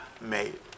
made